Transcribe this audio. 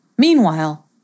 Meanwhile